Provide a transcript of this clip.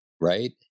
Right